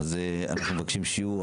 אז אנחנו מבקשים שיהיו,